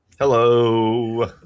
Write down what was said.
Hello